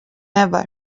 never